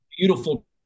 beautiful